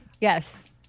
Yes